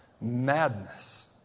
madness